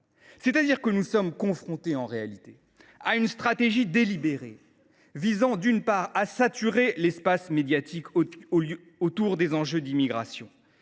lamentable ! Nous sommes confrontés, en réalité, à une stratégie délibérée visant, d’une part, à saturer l’espace médiatique autour des enjeux d’immigration